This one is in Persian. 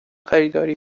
خریداری